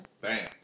Bam